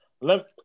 Let